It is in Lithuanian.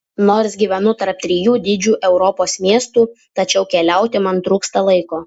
nors gyvenu tarp trijų didžių europos miestų tačiau keliauti man trūksta laiko